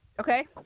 Okay